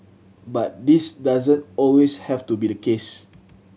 but this doesn't always have to be the case